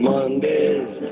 Mondays